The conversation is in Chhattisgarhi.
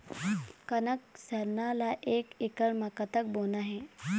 कनक सरना ला एक एकड़ म कतक बोना हे?